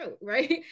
right